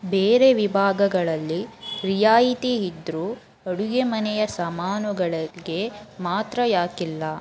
ಬೇರೆ ವಿಭಾಗಗಳಲ್ಲಿ ರಿಯಾಯಿತಿ ಇದ್ದರೂ ಅಡುಗೆ ಮನೆಯ ಸಾಮಾನುಗಳಿಗ ಮಾತ್ರ ಏಕಿಲ್ಲ